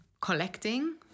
collecting